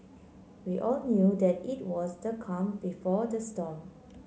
we all knew that it was the calm before the storm